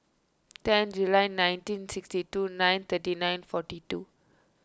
ten July nineteen sixty two nine thirty nine forty two